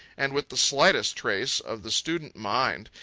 and with the slightest trace of the student-mind,